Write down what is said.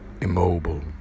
immobile